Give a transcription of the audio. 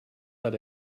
that